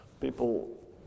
people